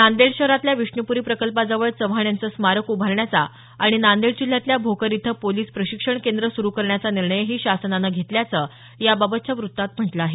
नांदेड शहरातल्या विष्णुप्री प्रकल्पाजवळ चव्हाण यांचं स्मारक उभारण्याचा आणि नांदेड जिल्ह्यातल्या भोकर इथं पोलीस प्रशिक्षण केंद्र सुरू करण्याचा निर्णयही शासनानं घेतल्याचं याबाबतच्या वृत्तात म्हटलं आहे